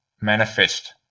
manifest